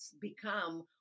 become